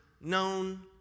known